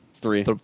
Three